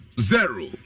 Zero